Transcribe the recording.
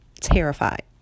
terrified